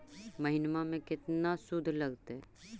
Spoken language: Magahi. महिना में केतना शुद्ध लगतै?